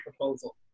proposal